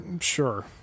sure